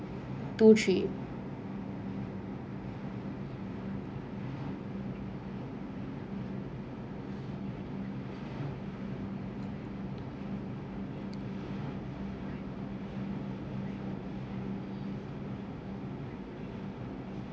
two three